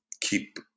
keep